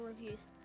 Reviews